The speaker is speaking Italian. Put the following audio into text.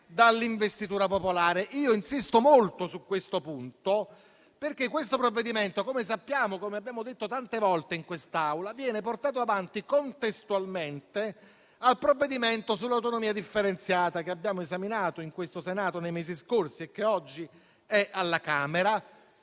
dall'investitura popolare. Io insisto molto su questo punto, perché il provvedimento in discussione, come sappiamo e come abbiamo detto tante volte in quest'Aula, viene portato avanti contestualmente al provvedimento sull'autonomia differenziata, che abbiamo esaminato in questo Senato nei mesi scorsi e che oggi è alla Camera.